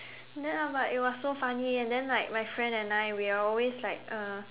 then I am like it was so funny and then like my friend and I we are always like uh